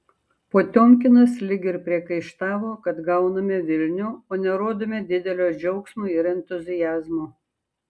potiomkinas lyg ir priekaištavo kad gauname vilnių o nerodome didelio džiaugsmo ir entuziazmo